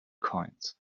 coins